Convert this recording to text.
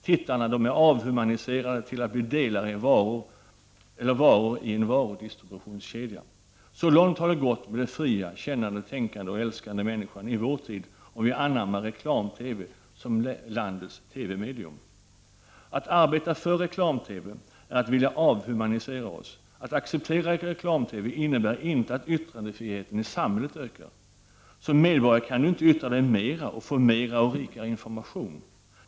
Tittarna är avhumaniserade till att bli delar, varor, i en varudistributionskedja. Så långt har det gått med den fria, kännande, tänkande och älskande människan i vår tid när vi anammar reklam-TV som landets TV-medium. Att arbeta för reklam-TV är att vilja avhumanisera oss. Att acceptera reklam-TV innebär inte att yttrandefriheten i samhället ökar. En medborgare kan inte yttra sig mer och få mera och rikare information.